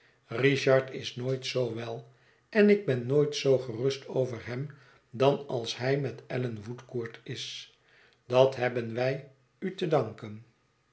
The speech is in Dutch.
richard is nooit zoo wel en ik ben nooit zoo gerust over hem dan als hij met allan woodcourt is dat hebben wij u te danken